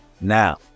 now